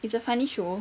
it's a funny show